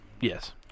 Yes